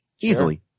easily